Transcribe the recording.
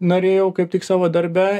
norėjau kaip tik savo darbe